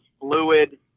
fluid